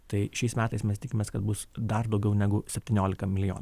tai šiais metais mes tikimės kad bus dar daugiau negu septyniolika milijonų